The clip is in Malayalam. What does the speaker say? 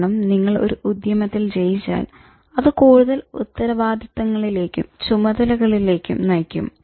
കാരണം നിങ്ങൾ ഒരു ഉദ്യമത്തിൽ ജയിച്ചാൽ അത് കൂടുതൽ ഉത്തരവാദിത്തങ്ങളിലേക്കും ചുമതലകളിലേക്കും നയിക്കും